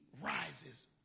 rises